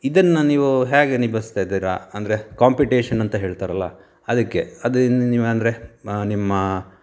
ಇದನ್ನು ನೀವು ಹೇಗೆ ನಿಭಾಯಿಸ್ತಾ ಇದ್ದೀರಾ ಅಂದರೆ ಕಾಂಪಿಟೇಷನ್ ಅಂತ ಹೇಳ್ತಾರಲ್ಲಾ ಅದಕ್ಕೆ ಅದರಿಂದ ನೀವು ಅಂದರೆ ನಿಮ್ಮ